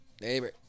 Neighbor